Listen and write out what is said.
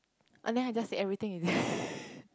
unless I just say everything